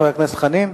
חבר הכנסת דב חנין,